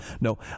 No